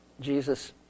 Jesus